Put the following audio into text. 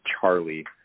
Charlie